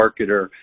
marketer